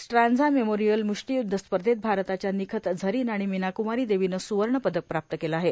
Strandja memorial म्ष्टीयुद्ध स्पर्धेत भारताच्या निखत झरीन आणि मीनाक्मारी देवीनं सुवर्ण पदक प्राप्त केलं आहे